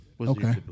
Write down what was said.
Okay